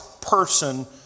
person